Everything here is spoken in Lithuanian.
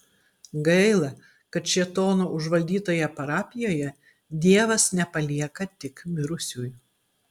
gaila kad šėtono užvaldytoje parapijoje dievas nepalieka tik mirusiųjų